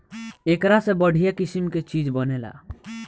एकरा से बढ़िया किसिम के चीज बनेला